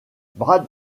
brad